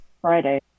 Friday